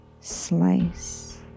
Slice